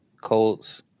Colts